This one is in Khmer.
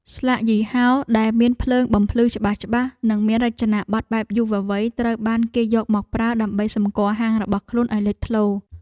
ស្លាកយីហោដែលមានភ្លើងបំភ្លឺច្បាស់ៗ និងមានរចនាប័ទ្មបែបយុវវ័យត្រូវបានគេយកមកប្រើ ដើម្បីសម្គាល់ហាងរបស់ខ្លួនឱ្យលេចធ្លោ។